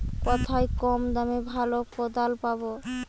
কোথায় কম দামে ভালো কোদাল পাব?